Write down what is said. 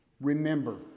Remember